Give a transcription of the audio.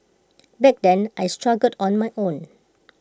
back then I struggled on my own